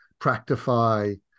Practify